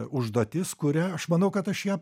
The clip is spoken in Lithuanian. užduotis kurią aš manau kad aš ją